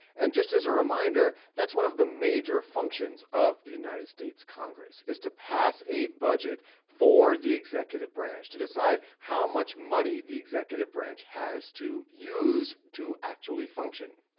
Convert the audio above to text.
and just as a reminder, that's one of the major functions of the united states congress is to pass a budget for the executive branch to decide how much money the executive branch has to use to actually function.